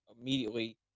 immediately